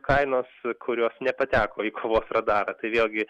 kainos kurios nepateko į kovos radarą tai vėlgi